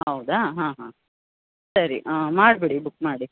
ಹೌದಾ ಹಾಂ ಹಾಂ ಸರಿ ಮಾಡಿಬಿಡಿ ಬುಕ್ ಮಾಡಿ